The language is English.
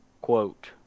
quote